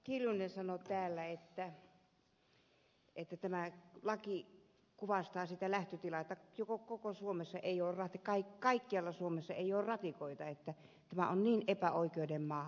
kiljunen sanoi täällä että tämä laki kuvastaa sitä lähtötilaa että kaikkialla suomessa ei ole ratikoita että tämä on niin epäoikeudenmukainen maa